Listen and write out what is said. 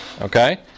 Okay